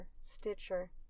Stitcher